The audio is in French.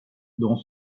dont